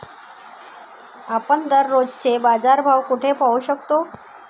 आपण दररोजचे बाजारभाव कोठे पाहू शकतो?